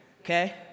Okay